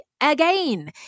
again